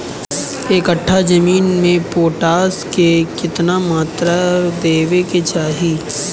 एक कट्ठा जमीन में पोटास के केतना मात्रा देवे के चाही?